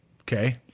Okay